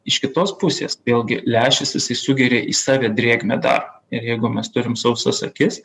iš kitos pusės vėlgi lęšis jisai sugeria į save drėgmę dar ir jeigu mes turim sausas akis